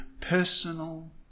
personal